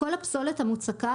כל הפסולת המוצקה,